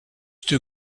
too